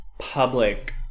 public